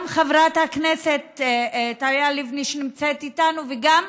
גם חברת הכנסת לשעבר אתי לבני, שנמצאת איתנו, וגם